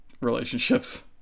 relationships